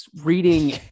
reading